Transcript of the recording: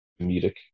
comedic